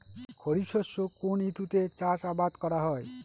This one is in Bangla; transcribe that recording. খরিফ শস্য কোন ঋতুতে চাষাবাদ করা হয়?